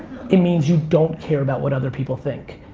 it means you don't care about what other people think.